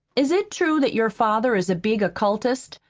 is it true that your father is a big occultist,